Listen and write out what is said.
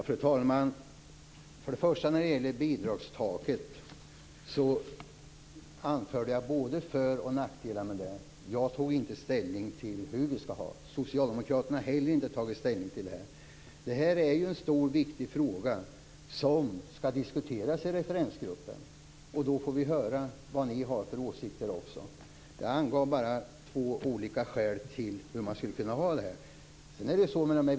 Fru talman! När det för det första gäller bidragstaket anförde jag att det finns både för och nackdelar med det. Jag tog inte ställning till hur vi skall ha det. Inte heller Socialdemokraterna har tagit ställning till det. Det här är en stor och viktig fråga, som skall diskuteras i referensgruppen, och vi får då höra vilka åsikter också ni har om detta. Jag angav bara två olika synpunkter på frågan.